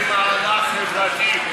אתה מעביר את זה במהלך חברתי.